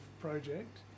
project